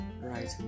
right